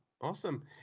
Awesome